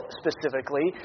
specifically